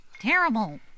Terrible